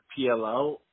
PLO